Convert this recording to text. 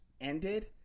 ended